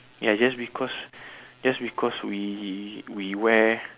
ya just because just because we we wear